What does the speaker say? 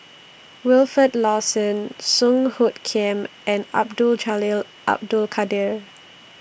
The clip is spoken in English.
Wilfed Lawson Song Hoot Kiam and Abdul Jalil Abdul Kadir